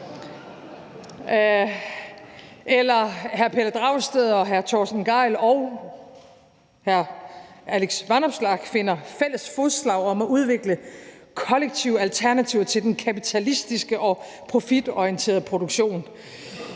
eller at hr. Pelle Dragsted og hr. Torsten Gejl og hr. Alex Vanopslagh finder fælles fodslag om at udvikle kollektive alternativer til den kapitalistiske og profitorienterede produktion?